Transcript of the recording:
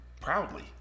proudly